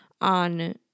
on